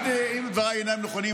אם דבריי אינם נכונים,